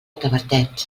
tavertet